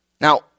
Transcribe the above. Now